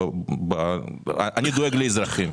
אני דואג לאזרחים.